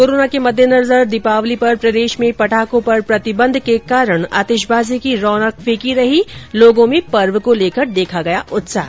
corona के मददे नजर दीपावली पर प्रदेश में पटाखों पर प्रतिबंध के कारण आतिशबाजी की रौनक फीकी रही लोगों में पर्व को लेकर देखा गया उत्साह